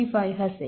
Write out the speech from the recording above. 65 હશે